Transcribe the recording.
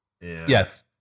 Yes